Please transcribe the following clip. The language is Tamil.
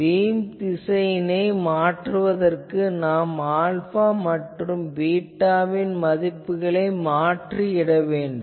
பீம் திசையினை மாற்றுவதற்கு நாம் ஆல்பா மற்றும் பீட்டாவின் மதிப்புகளை மாற்றி இட வேண்டும்